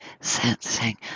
sensing